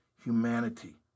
humanity